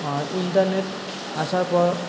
আর internet আসার পর